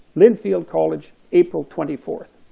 linfield college, april twenty four.